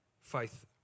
faith